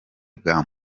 bwa